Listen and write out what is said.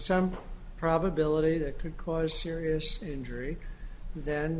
some probability that could cause serious injury then